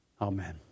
Amen